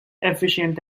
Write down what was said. efficient